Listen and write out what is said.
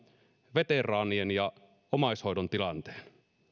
veteraanien ja omaishoidon tilanteen